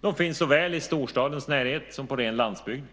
De finns såväl i storstadens närhet som på ren landsbygd.